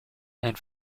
ein